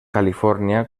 california